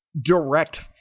direct